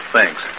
Thanks